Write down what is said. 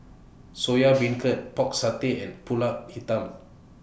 Soya Beancurd Pork Satay and Pulut Hitam